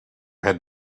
had